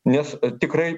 nes tikrai